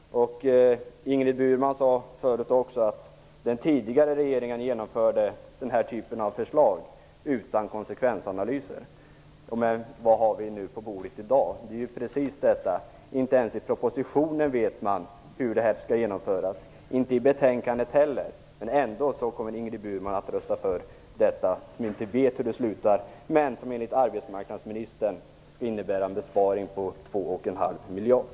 Ingrid Burman sade att den tidigare regeringen genomförde den här typen av förslag utan att göra konsekvensanalyser. Men vad har vi nu på bordet i dag? Det är ju precis likadant. Det framgår inte ens av propositionen och inte heller av betänkandet hur förslaget skall genomföras. Ändå kommer Ingrid Burman att rösta för ett förslag som vi inte vet utgången av men som enligt arbetsmarknadsministern innebär en besparing på 2,5 miljarder.